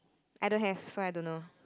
I don't have so I don't know